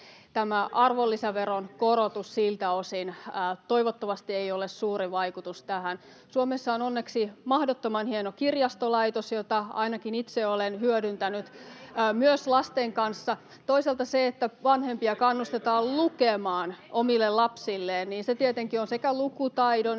arvonlisäveron korotus siltä osin toivottavasti ei ole suuri vaikutus tähän. Suomessa on onneksi mahdottoman hieno kirjastolaitos, jota ainakin itse olen hyödyntänyt myös lasten kanssa. [Vasemmalta: Siitäkin leikataan!] Toisaalta se, että vanhempia kannustetaan lukemaan omille lapsilleen, [Vasemmalta: Siitäkin